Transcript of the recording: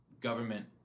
government